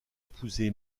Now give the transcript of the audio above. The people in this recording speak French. épousé